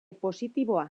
positiboa